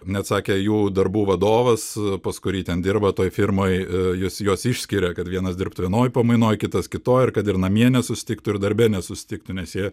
net sakė jų darbų vadovas pas kurį ten dirba toj firmoj jis juos išskiria kad vienas dirbtų vienoj pamainoj kitas kitoj ir kad ir namie nesusitiktų ir darbe nesusitiktų nes jie